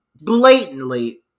blatantly